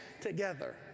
together